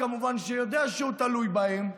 שיודע שהוא תלוי בהם,